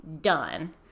done